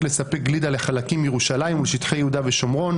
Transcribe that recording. לספק גלידה לחלקים מירושלים ושטחי יהודה ושומרון.